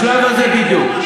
בשלב הזה בדיוק.